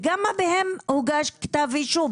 ובכמה מהם הוגש כתב אישום?